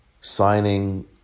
Signing